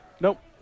Nope